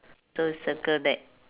so circle that